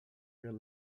real